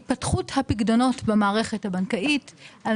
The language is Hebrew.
התפתחות הפיקדונות במערכת הבנקאית.